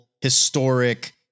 historic